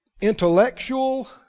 intellectual